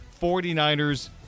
49ers